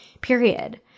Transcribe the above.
period